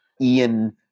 Ian